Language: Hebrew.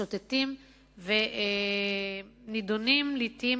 משוטטים ונידונים לעתים